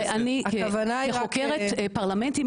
אני כחוקרת פרלמנטים,